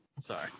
Sorry